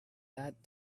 that